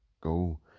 go